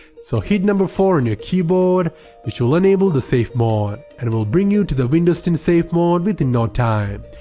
so hit number four on and your keyboard which will enable the safe mode. and it will bring you to the windows ten safe mode within no time,